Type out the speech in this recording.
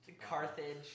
Carthage